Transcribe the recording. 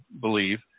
believe